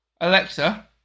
Alexa